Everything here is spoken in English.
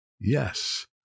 Yes